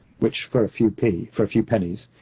which for a few p for a few pennies,